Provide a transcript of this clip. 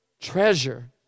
treasure